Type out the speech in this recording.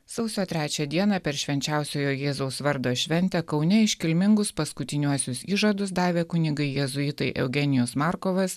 sausio trečią dieną per švenčiausiojo jėzaus vardo šventę kaune iškilmingus paskutiniuosius įžadus davė kunigai jėzuitai eugenijus markovas